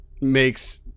makes